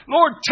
Lord